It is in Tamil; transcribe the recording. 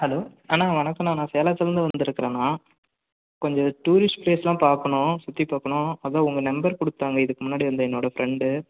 ஹலோ அண்ணா வணக்கம்ண்ணா நான் சேலத்துலருந்து வந்துருக்குறண்ணா கொஞ்சம் டூரிஸ்ட் பிளேஸ் எல்லாம் பார்க்கணும் சுற்றிப் பார்க்கணும் அதான் உங்கள் நம்பர் கொடுத்தாங்க இதுக்கு முன்னாடி வந்த என்னோட ஃப்ரெண்டு